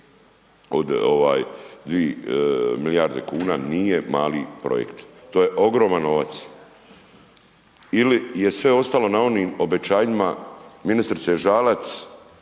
od ovaj 2 milijarde kuna nije mali projekt, to je ogroman novac. Ili je sve ostalo na onim obećanjima ministrice Žalac